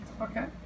Okay